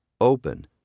open